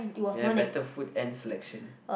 ya better food and selection